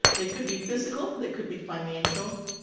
they could be physical. they could be financial.